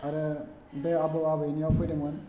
आरो बे आबौ आबैनाव फैदोंमोन